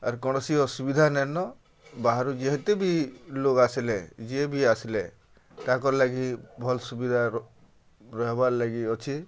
ଆର୍ କୌଣସି ଅସୁବିଧା ନାଇଁନ ବାହାରୁ ଯେହେତେ ବି ଲୋକ୍ ଆସିଲେ ଯିଏ ବି ଆସିଲେ ତାଙ୍କର୍ ଲାଗି ଭଲ୍ ସୁବିଧା ରହେବାର୍ ଲାଗି ଅଛେ